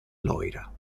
loira